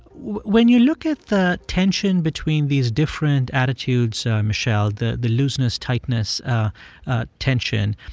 when you look at the tension between these different attitudes, michele, the the looseness-tightness tension,